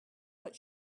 what